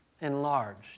enlarged